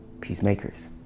peacemakers